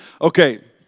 Okay